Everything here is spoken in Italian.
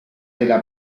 della